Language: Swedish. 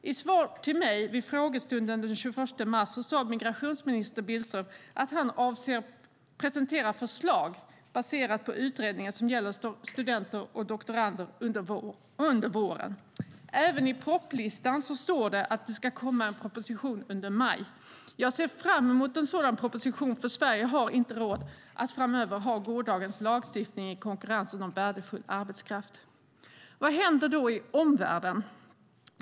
I svar till mig vid frågestunden den 21 mars sade migrationsministern Billström att han avser presentera förslag baserat på utredningen som gäller studenter och doktorander under våren. Även i propositionslistan står det att det ska komma en proposition under maj. Jag ser fram emot en sådan proposition, för Sverige har inte råd att framöver ha gårdagens lagstiftning i konkurrensen om värdefull arbetskraft. Vad händer då i omvärlden?